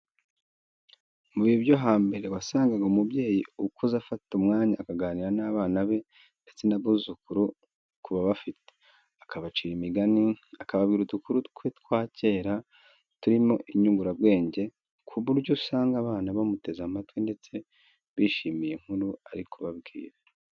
Mu bihe byo hambere wasangaga umubyeyi ukuze afata umwanya akaganira n'abana be ndetse n'abuzukuru ku babafite, akabacira imigani, akababwira udukuru twa cyera turimo inyurabwenge ku buryo usanga abana bamuteze amatwi ndetse bishimiye inkuru ari kubabwira.